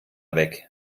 weg